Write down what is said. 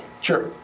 sure